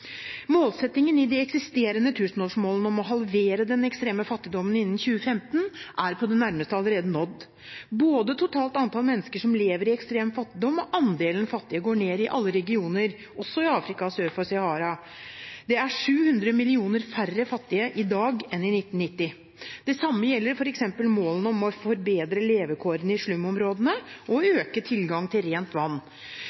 Målsettingen i de eksisterende tusenårsmålene om å halvere den ekstreme fattigdommen innen 2015 er på det nærmeste allerede nådd. Både totalt antall mennesker som lever i ekstrem fattigdom, og andelen fattige går ned i alle regioner, også i Afrika sør for Sahara. Det er 700 millioner færre fattige i dag enn i 1990. Det samme gjelder f.eks. målene om å forbedre levekårene i slumområdene og å øke tilgang til rent vann.